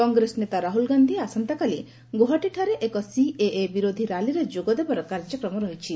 କଂଗ୍ରେସ ନେତା ରାହୁଲ ଗାନ୍ଧି ଆସନ୍ତାକାଲି ଗୌହାଟୀଠାରେ ଏକ ସିଏଏ ବିରୋଧୀ ର୍ୟାଲିରେ ଯୋଗଦେବାର କାର୍ଯ୍ୟକ୍ରମ ରହିଛି